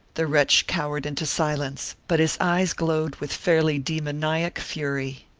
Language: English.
the wretch cowered into silence, but his eyes glowed with fairly demoniac fury.